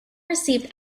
received